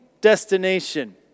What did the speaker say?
destination